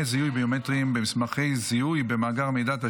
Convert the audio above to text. זיהוי ביומטריים במסמכי זיהוי ובמאגר מידע,